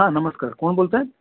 हां नमस्कार कोण बोलत आहे